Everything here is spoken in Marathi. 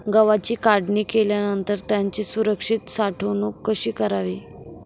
गव्हाची काढणी केल्यानंतर त्याची सुरक्षित साठवणूक कशी करावी?